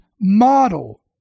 model